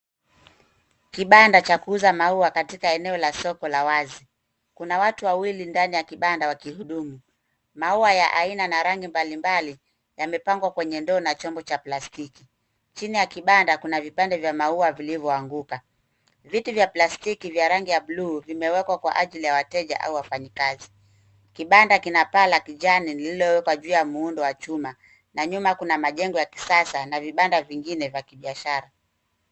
Hiki ni kibanda cha kuuza maua kilichopo katika eneo la soko la wazi. Kuna watu wawili ndani ya kibanda wakihudumia wateja. Maua ya aina na rangi mbalimbali yamepangwa kwenye ndoo na vyombo vya plastiki. Chini ya kibanda kuna vipande vya maua vilivyoanguka. Viti vya plastiki vya rangi ya buluu vimewekwa kwa ajili ya wateja au wafanyakazi. Kibanda kina paa la kijani lililowekwa kwa muundo wa chuma. Nyuma yake kuna majengo ya kisasa pamoja na vibanda vingine vya kibiashara.